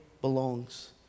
belongs